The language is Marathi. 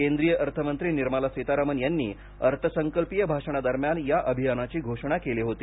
केंद्रीय अर्थमंत्री निर्मला सीतारमण यांनी अर्थसंकल्पीय भाषणादरम्यान या अभियानाची घोषणा केली होती